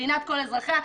מדינת כל אזרחיה,